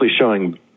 showing